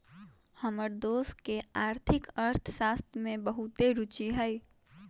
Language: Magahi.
हमर दोस के आर्थिक अर्थशास्त्र में बहुते रूचि हइ